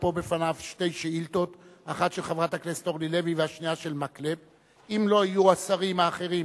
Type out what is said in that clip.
אשר אמור היה להיות השר השלישי המשיב,